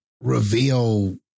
reveal